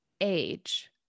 Age